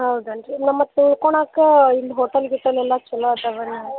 ಹೌದನು ರೀ ನಮ್ಗೆ ಮತ್ತು ಉಳ್ಕೊಳ್ಳಾಕ ಇಲ್ಲಿ ಹೋಟಲ್ ಗೀಟಲ್ ಎಲ್ಲ ಛಲೋ ಅದಾವ ನಾವು